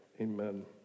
amen